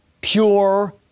pure